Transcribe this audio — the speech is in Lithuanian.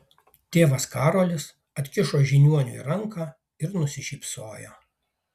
tėvas karolis atkišo žiniuoniui ranką ir nusišypsojo